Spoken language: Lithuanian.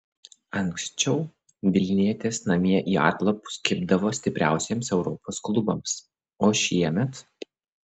anksčiau vilnietės namie į atlapus kibdavo stipriausiems europos klubams o šiemet